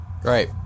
Great